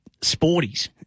sporties